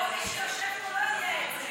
רוב מי שיושבים פה לא יודע את זה.